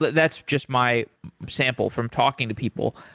that's just my sample from talking to people.